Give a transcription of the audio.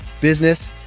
business